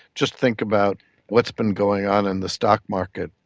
just think about what's been going on in the stock market.